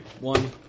One